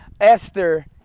Esther